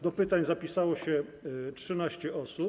Do pytań zapisało się 13 osób.